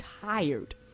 tired